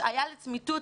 להשעיה לצמיתות,